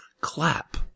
clap